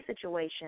situation